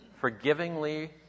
forgivingly